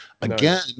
Again